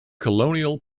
colonial